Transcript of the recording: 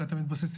כי אתם מתבססים,